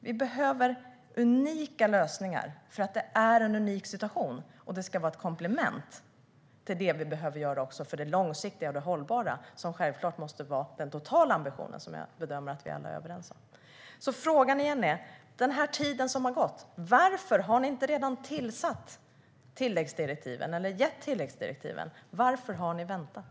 Vi behöver unika lösningar eftersom det är en unik situation. Och det ska vara ett komplement till det som vi behöver göra också för det långsiktiga och det hållbara, som självklart måste vara den totala ambitionen och som jag bedömer att vi alla är överens om. Frågan är: Varför har ni inte under den tid som redan har gått gett tillläggsdirektiven? Varför har ni väntat?